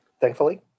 thankfully